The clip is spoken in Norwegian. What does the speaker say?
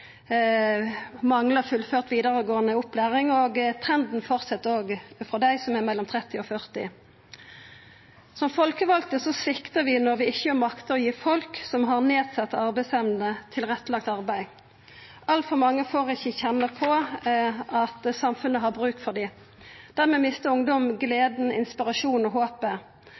manglar fullført vidaregåande opplæring. Trenden fortset òg for dei som er mellom 30 og 40 år. Som folkevalde sviktar vi når vi ikkje maktar å gi folk som har nedsett arbeidsevne, tilrettelagt arbeid. Altfor mange får ikkje kjenna på at samfunnet har bruk for dei. Dermed mister ungdom gleda, inspirasjonen og